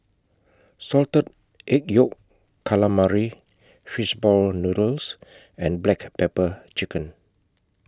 Salted Egg Yolk Calamari Fish Ball Noodles and Black Pepper Chicken